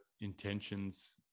intentions